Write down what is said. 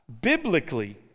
biblically